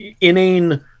inane